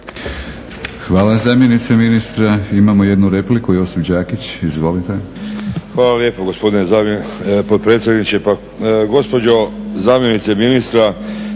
Hvala zamjenice ministra.